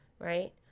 right